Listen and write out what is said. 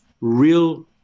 real